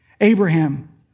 Abraham